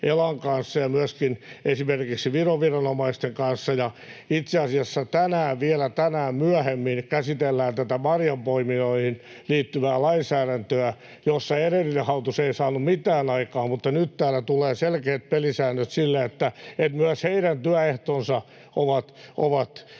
ja myöskin esimerkiksi Viron viranomaisten kanssa. Itse asiassa vielä tänään myöhemmin käsitellään tätä marjanpoimijoihin liittyvää lainsäädäntöä, jossa edellinen hallitus ei saanut mitään aikaan, mutta nyt täällä tulee selkeät pelisäännöt sille, että myös heidän työehtonsa ovat hyvällä